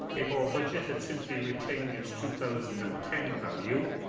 if our budget had simply retained its two thousand and ten value,